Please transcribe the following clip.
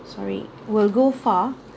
sorry will go far